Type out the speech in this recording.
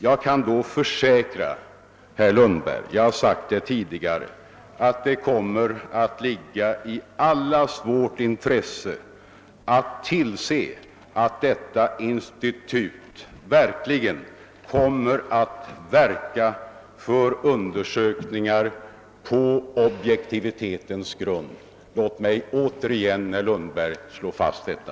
Jag kan då försäkra herr Lundberg — jag har sagt det tidigare — att det kommer att ligga i allas vårt intresse att tillse att detta institut verkligen kommer att verka för undersökningar på =: objektivitetens grund. Låt mig återigen, herr Lundberg, slå fast detta!